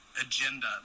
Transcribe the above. agenda